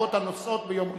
מהרכבות הנוסעות ביום ראשון.